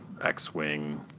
X-Wing